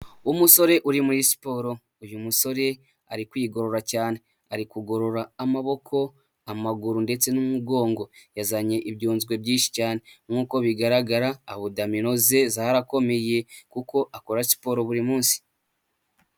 Umusore uri muri siporo, uyu musore ari kwigorora cyane, ari kugorora amaboko, amaguru ndetse n'umugongo, yazanye ibyunzwe byinshi cyane nk'uko bigaragara abudamino ze zarakomeye kuko akora siporo buri munsi.